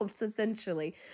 essentially